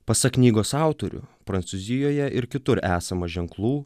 pasak knygos autorių prancūzijoje ir kitur esama ženklų